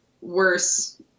worse